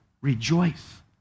Rejoice